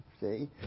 See